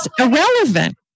irrelevant